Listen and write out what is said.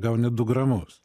gauni du gramus